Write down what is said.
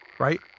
Right